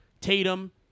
Tatum